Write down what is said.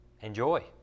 Enjoy